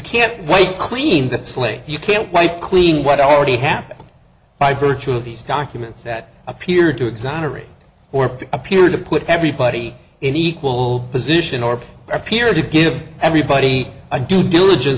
slate you can't wipe clean what already happened by virtue of these documents that appeared to exonerate or to appear to put everybody in equal position or appear to give everybody a due diligence